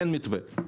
אין מתווה.